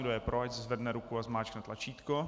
Kdo je pro, ať zvedne ruku a zmáčkne tlačítko.